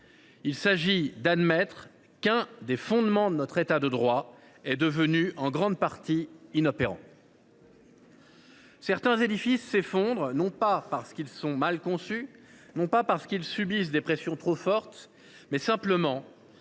il s’agit d’admettre que l’un des fondements de notre État de droit est devenu en grande partie inopérant. Certains édifices s’effondrent non pas parce qu’ils sont mal conçus ou parce qu’ils subissent des pressions trop fortes, mais simplement